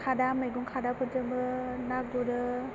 खादा मैगं खादा फोरजोंबो ना गुरो